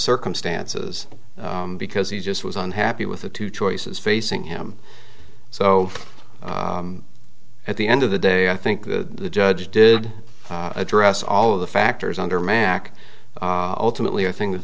circumstances because he just was unhappy with the two choices facing him so at the end of the day i think the judge did address all of the factors under mack ultimately i thin